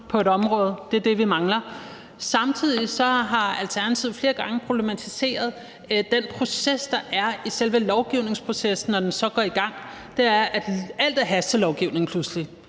på et område – det er det, vi mangler. Samtidig har Alternativet flere gange problematiseret selve forløbet omkring lovgivningsprocessen, når den så går i gang: Alt er pludselig